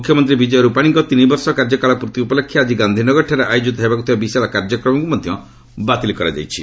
ମୁଖ୍ୟମନ୍ତ୍ରୀ ବିଜୟ ରୂପାଣୀଙ୍କ ତିନି ବର୍ଷ କାର୍ଯ୍ୟକାଳ ପୂର୍ତ୍ତି ଉପଲକ୍ଷେ ଆଜି ଗାନ୍ଧିନଗରଠାରେ ଆୟୋଜିତ ହେବାକୁ ଥିବା ବିଶାଳ କାର୍ଯ୍ୟକ୍ରମକୁ ମଧ୍ୟ ବାତିଲ କରାଯାଇଛି